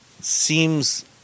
seems